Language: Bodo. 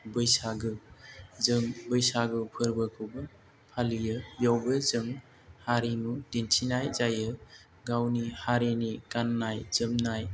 बैसागो जों बैसागु फोरबोखौबो फालियो बेयावबो जों हारिमु दिन्थिनाय जायो गावनि हारिनि गाननाय जोमनाय